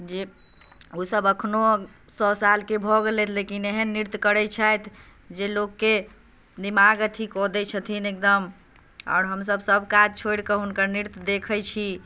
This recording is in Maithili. जे ओसभ एखनहु सए सालके भऽ गेलथि लेकिन एहन नृत्य करैत छथि जे लोकके दिमाग अथी कऽ दैत छथिन एकदम आओर हमसभ सभ काज छोड़िके हुनकर नृत्य देखैत छी